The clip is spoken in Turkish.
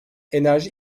enerji